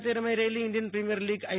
ખાતે રમ્માઈ રહેલી ઈન્ડિયન પ્રીમિયર લીગ આઇ